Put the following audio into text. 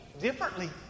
differently